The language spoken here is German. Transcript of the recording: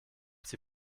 sie